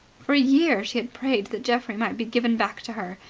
for a year she had prayed that geoffrey might be given back to her,